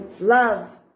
love